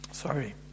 Sorry